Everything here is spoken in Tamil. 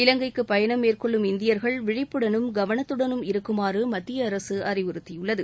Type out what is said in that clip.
இலங்கைக்கு பயணம் மேற்கொள்ளும் இந்தியர்கள் விழிப்புடனும் கவனத்தடனும் இருக்குமாறு மத்திய அரசு அறிவுறுத்தியுள்ளது